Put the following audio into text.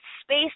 space